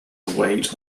await